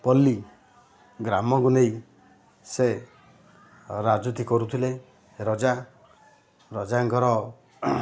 ପଲ୍ଲି ଗ୍ରାମକୁ ନେଇ ସେ ରାଜୁତି କରୁଥିଲେ ରଜା ରଜାଙ୍କର